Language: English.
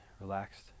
relaxed